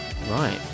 right